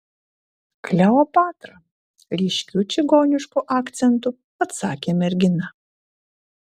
kleopatra ryškiu čigonišku akcentu atsakė mergina